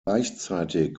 gleichzeitig